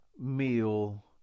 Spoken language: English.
meal